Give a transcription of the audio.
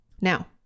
Now